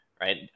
right